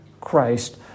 Christ